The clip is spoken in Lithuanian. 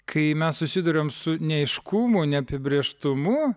kai mes susiduriam su neaiškumo neapibrėžtumu